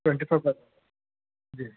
twenty four plus G